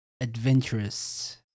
adventurous